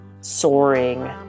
soaring